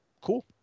Cool